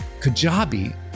Kajabi